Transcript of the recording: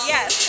Yes